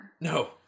No